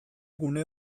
gune